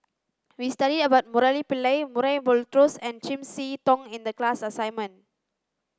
we studied about Murali Pillai Murray Buttrose and Chiam See Tong in the class assignment